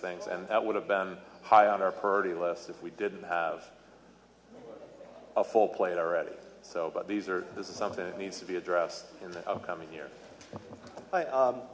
things and that would have been high on our purty list if we didn't have a full plate already but these are this is something that needs to be addressed in the coming year